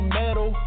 metal